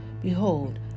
Behold